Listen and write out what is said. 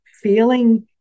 feeling